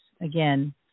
again